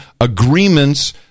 agreements